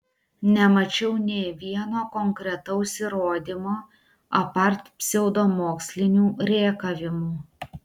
nemačiau nė vieno konkretaus įrodymo apart pseudomokslinių rėkavimų